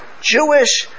Jewish